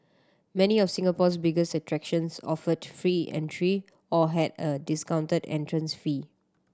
many of Singapore's biggest attractions offered free entry or had a discounted entrance fee